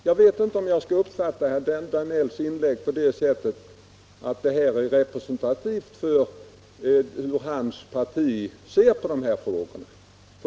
Jag vet inte om jag skall uppfatta herr Danells inlägg som representativt för hans partis syn på de här frågorna.